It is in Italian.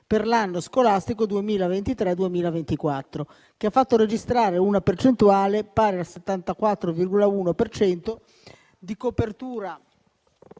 per l'anno scolastico 2023-2024, che ha fatto registrare una percentuale pari al 74,1 per